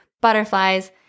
butterflies